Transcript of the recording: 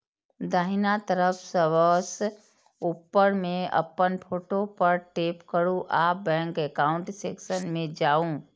दाहिना तरफ सबसं ऊपर मे अपन फोटो पर टैप करू आ बैंक एकाउंट सेक्शन मे जाउ